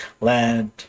land